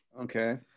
Okay